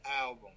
album